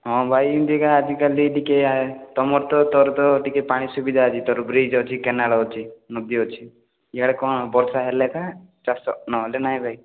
ହଁ ଭାଇ ଏମିତିକା ଆଜିକାଲି ଟିକେ ତୁମର ତ ତୋର ତ ଟିକେ ପାଣି ସୁଵିଧା ଅଛି ତୋର ବ୍ରିଜ୍ ଅଛି କେନାଲ୍ ଅଛି ନଦୀ ଅଛି ଇଆଡ଼େ କ'ଣ ବର୍ଷା ହେଲେ ଏକା ଚାଷ ନହେଲେ ନାଇଁ ଭାଇ